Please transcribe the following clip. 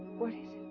what is